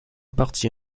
partie